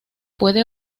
puede